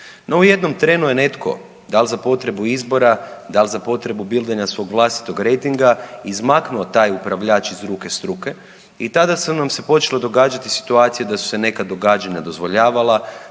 No, u jednom trenu je netko, da li za potrebu izbora, da li za potrebu bildanja svog vlastitog rejtinga izmaknuo taj upravljač iz ruke struke i tada su nam se počele događati situacije da su se neka događanja dozvoljavala,